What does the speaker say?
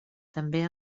també